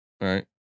right